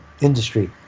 industry